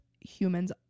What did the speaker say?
humans